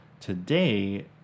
Today